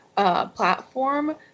Platform